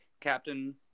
Captain